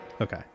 Okay